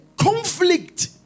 conflict